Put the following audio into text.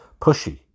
pushy